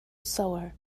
sewer